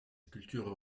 sculptures